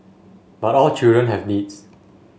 but all children have needs